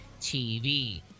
TV